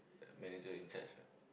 manager in charge what